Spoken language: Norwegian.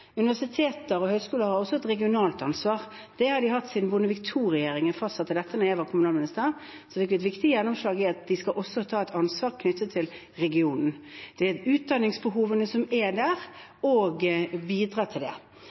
Universiteter og høyskoler har også et regionalt ansvar. Det har de hatt siden Bondevik II-regjeringen fastsatte dette da jeg var kommunalminister. Da fikk vi et viktig gjennomslag for at de også skal ta et ansvar knyttet til regionen og utdanningsbehovene som er der, og bidra der. Derfor er det